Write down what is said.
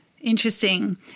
Interesting